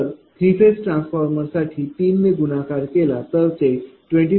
तर 3 phase transformer साठी तीन ने गुणाकार केला तर ते 23